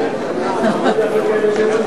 כבוד השרים,